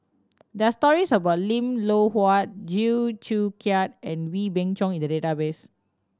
there are stories about Lim Loh Huat Chew Joo Chiat and Wee Beng Chong in the database